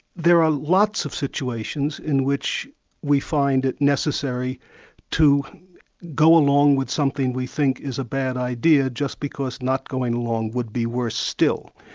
there are lots of situations in which we find it necessary to go along with something we think is a bad idea, just because not going wrong would be worse still.